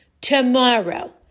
Tomorrow